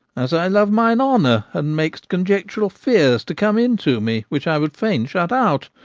as i love mine honour and mak'st conjectural fears to come into me which i would fain shut out.